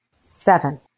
Seven